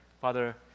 Father